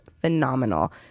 phenomenal